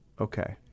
Okay